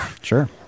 Sure